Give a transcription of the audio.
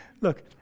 Look